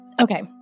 Okay